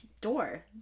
door